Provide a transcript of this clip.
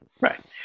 Right